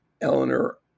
Eleanor